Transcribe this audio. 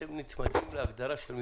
שאתם נצמדים להגדרה של מפעלים.